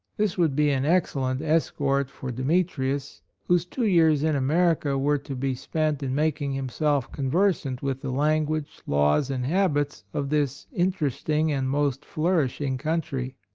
this would be an excellent escort for demetrius, whose two years in america were to be spent in making himself conversant with the language, laws and habits of this interesting and most flourishing country.